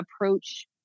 approach